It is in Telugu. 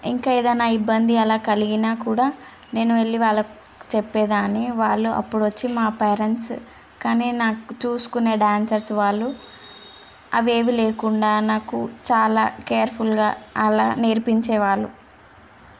ఇంకా ఏదైనా ఇబ్బంది అలా కలిగినా కూడా నేను వెళ్ళి వాళ్ళకు చెప్పేదాన్ని వాళ్ళు అప్పుడు వచ్చి మా పేరెంట్స్ కానీ నాకు చూసుకునే డ్యాన్సర్స్ వాళ్ళు అవేవి లేకుండా నాకు చాలా కేర్ఫుల్గా అలా నేర్పించేవాళ్ళు